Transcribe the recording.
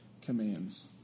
Commands